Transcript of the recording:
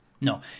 No